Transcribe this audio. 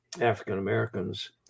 African-Americans